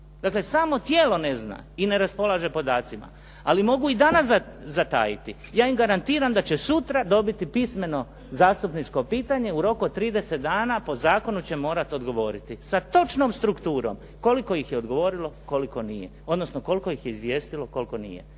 Dakle, samo tijelo ne zna i ne raspolaže podacima. Ali mogu i danas zatajiti. Ja im garantiram da će sutra dobiti pismeno zastupničko pitanje u roku od 30 dana, po zakonu će morati odgovoriti sa točnom strukturom koliko ih je odgovorilo, koliko nije, odnosno koliko ih je izvijestilo, koliko nije.